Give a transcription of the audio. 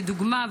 לדוגמה,